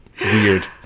weird